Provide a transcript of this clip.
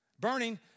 Burning